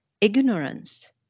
ignorance